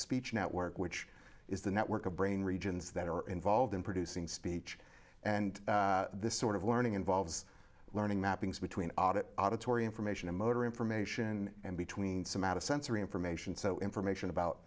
speech network which is the network of brain regions that are involved in producing speech and this sort of learning involves learning mappings between audit auditory information and motor information and between some out of sensory information so information about